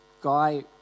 guy